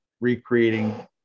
recreating